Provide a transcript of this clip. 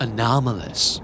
Anomalous